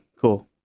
cool